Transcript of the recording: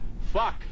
Fuck